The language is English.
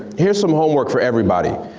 here's some homework for everybody.